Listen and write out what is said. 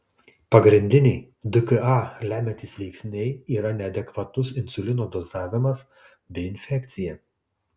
pagrindiniai dka lemiantys veiksniai yra neadekvatus insulino dozavimas bei infekcija